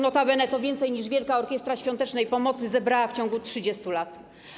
Notabene to więcej niż Wielka Orkiestra Świątecznej Pomocy zebrała w ciągu 30 lat.